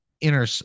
inner